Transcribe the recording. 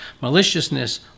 maliciousness